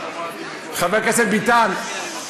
חבר הכנסת ביטן,